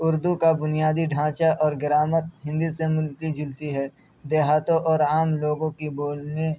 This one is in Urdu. اردو کا بنیادی ڈھانچہ اور گرامر ہندی سے ملتی جلتی ہے دیہاتوں اور عام لوگوں کی بولنے